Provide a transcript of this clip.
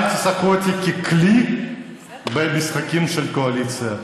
אל תשחקו איתי ככלי במשחקים של הקואליציה,